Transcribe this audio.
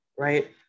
Right